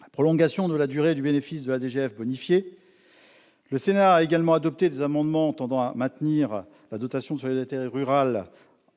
la prolongation de la durée du bénéfice de la DGF bonifiée. Le Sénat a également adopté des amendements tendant à maintenir la dotation de solidarité rurale, ou DSR,